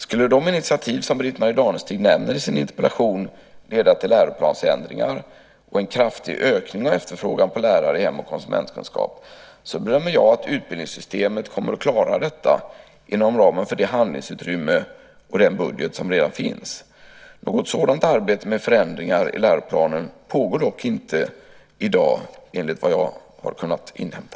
Skulle de initiativ som Britt-Marie Danestig nämner i sin interpellation leda till läroplansändringar och en kraftig ökning av efterfrågan på lärare i hem och konsumentkunskap bedömer jag att utbildningssystemet kommer att klara detta inom ramen för det handlingsutrymme och den budget som redan finns. Något sådant arbete med förändringar i läroplanen pågår dock inte i dag enligt vad jag har kunnat inhämta.